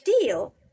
deal